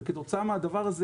וכתוצאה מזה,